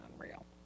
unreal